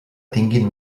tinguin